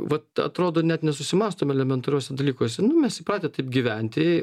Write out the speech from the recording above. vat atrodo net nesusimąstom elementariuose dalykuose nu mes įpratę taip gyventi